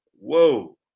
Whoa